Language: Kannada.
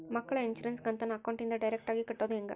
ಮಕ್ಕಳ ಇನ್ಸುರೆನ್ಸ್ ಕಂತನ್ನ ಅಕೌಂಟಿಂದ ಡೈರೆಕ್ಟಾಗಿ ಕಟ್ಟೋದು ಹೆಂಗ?